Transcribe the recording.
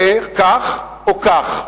כך או כך,